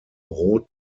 rot